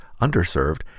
underserved